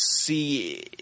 see